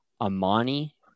Amani